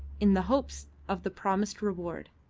in the hopes of the promised reward.